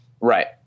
Right